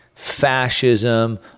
fascism